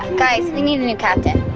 guys. we need a new captain.